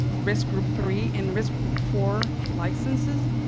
risk group three and risk group four licenses,